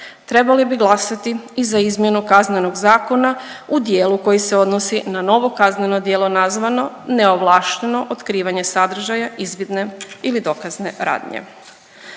trebali bi glasati i za izmjenu Kaznenog zakona u dijelu koji se odnosi na novo kazneno djelo nazvano „neovlašteno otkrivanje sadržaja izvidne ili dokazne radnje“.